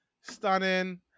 stunning